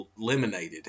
eliminated